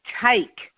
take